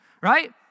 right